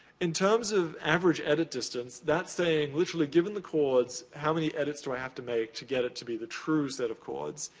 in terms of average edit distance, that's saying literally given the chords, how many edits do i have to make to get it to be the true set of chords?